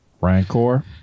Rancor